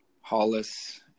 Hollis